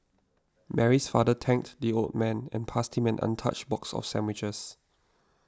Mary's father thanked the old man and passed him an untouched box of sandwiches